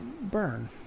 Burn